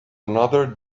another